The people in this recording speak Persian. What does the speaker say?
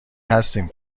هستیم